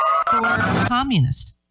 communist